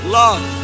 love